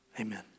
Amen